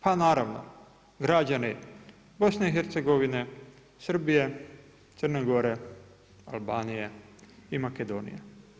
Pa naravno, građani BIH, Srbije, Crne Gore, Albanije i Makedonije.